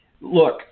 Look